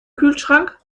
kühlschrank